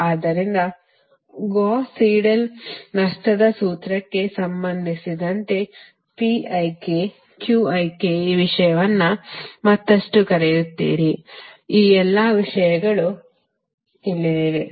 ಆದ್ದರಿಂದ Gauss Seidel ನಷ್ಟದ ಸೂತ್ರಕ್ಕೆ ಸಂಬಂಧಿಸಿದಂತೆ ಈ ವಿಷಯವನ್ನು ಮತ್ತಷ್ಟು ಕರೆಯುತ್ತೀರಿ ಮತ್ತು ಈ ಎಲ್ಲ ವಿಷಯಗಳು ತಿಳಿದಿವೆ